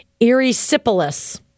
erysipelas